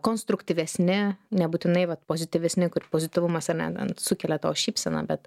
konstruktyvesni nebūtinai vat pozityvesni kur pozityvumas ane ten sukelia šypseną bet